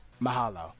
mahalo